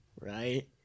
right